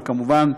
וכמובן,